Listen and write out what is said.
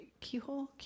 keyhole